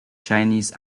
chinese